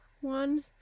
one